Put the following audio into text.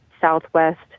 southwest